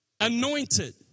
Anointed